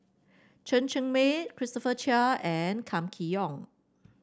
Chen Cheng Mei Christopher Chia and Kam Kee Yong